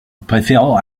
préférant